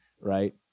right